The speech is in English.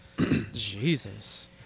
Jesus